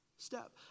Step